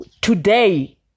today